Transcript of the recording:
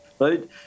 right